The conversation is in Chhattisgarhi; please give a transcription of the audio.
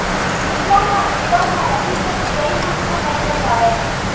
बीजा ह उप्पर म रही त चिरई मन ह नइ बचावय